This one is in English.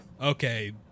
Okay